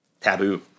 taboo